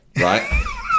right